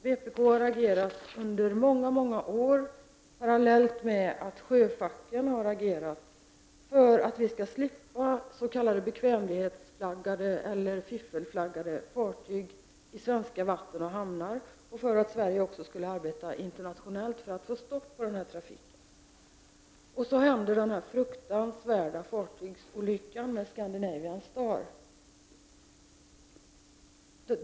Vpk har parallellt med sjöfacken under många år agerat för att vi skall slippa s.k. bekvämlighetsflaggade eller fiffelflaggade fartyg i svenska vatten och hamnar samt för att Sverige skall arbeta också internationellt för att få stopp på denna trafik. Så händer den här fruktansvärda fartygsolyckan med Scandinavian Star.